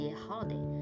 holiday